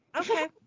Okay